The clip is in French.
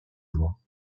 voies